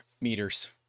meters